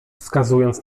wskazując